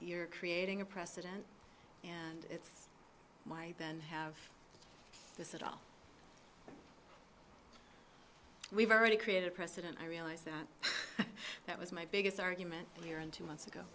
here creating a precedent and it's my then have this at all we've already created a precedent i realize that that was my biggest argument here in two months ago